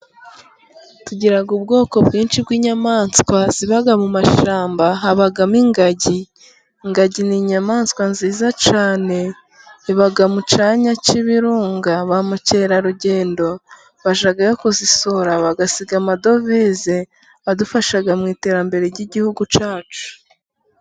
Tugira ubwoko bwinshi bw'inyamaswa ziba mu mashyamba, habamo ingagi, ingagi n'inyamaswa nziza cyane, iba mu cyanya cy'ibirunga ba mukerarugendo bashaka kuzisura bagasiga amadovize, adufasha mu iterambere ry'igihugu cyacu.